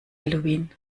halloween